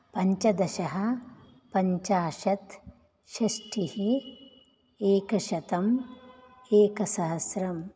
पञ्चदश पञ्चाशत् षष्टिः एकशतम् एकसहस्रम्